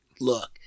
Look